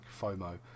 FOMO